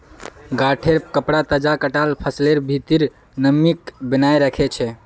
गांठेंर कपडा तजा कटाल फसलेर भित्रीर नमीक बनयें रखे छै